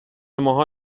ماها